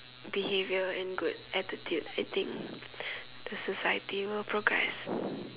behaviour and good attitude I think the society will progress